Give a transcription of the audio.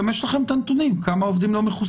גם יש לכם את הנתונים, כמה עובדים לא מחוסנים?